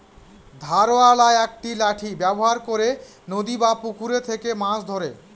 ধারওয়ালা একটি লাঠি ব্যবহার করে নদী বা পুকুরে থেকে মাছ ধরে